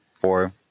four